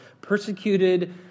persecuted